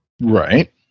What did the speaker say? Right